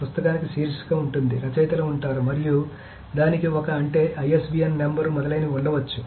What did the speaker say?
పుస్తకానికి శీర్షిక ఉంటుంది రచయితలు ఉంటారు మరియు దానికి ఒక అంటే ISBN నంబర్ మొదలైనవి ఉండవచ్చు